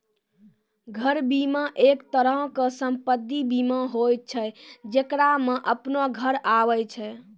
घर बीमा, एक तरहो के सम्पति बीमा होय छै जेकरा मे अपनो घर आबै छै